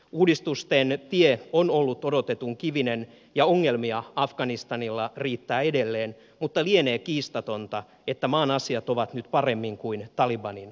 uudistusten tie on ollut odotetun kivinen ja ongelmia afganistanilla riittää edelleen mutta lienee kiistatonta että maan asiat ovat nyt paremmin kuin talibanin aikaan